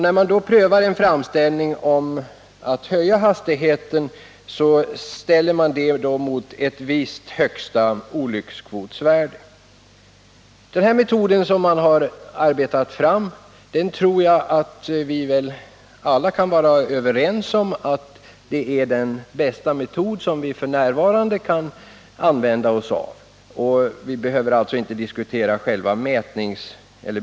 När en framställning om höjd hastighet prövas, ställer man detta önskemål mot ett visst högsta olyckskvotsvärde. Att den här metoden är den bästa som vi f. n. kan använda oss av tror jag att vi alla kan vara överens om. Vi behöver alltså inte diskutera själva metodiken.